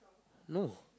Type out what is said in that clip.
no